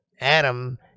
Adam